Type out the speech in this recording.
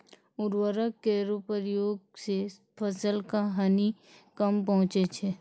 उर्वरक केरो प्रयोग सें फसल क हानि कम पहुँचै छै